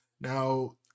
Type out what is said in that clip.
Now